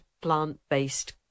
plant-based